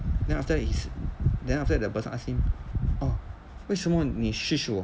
then after that he then after that the person ask him orh 为什么你 我